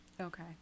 Okay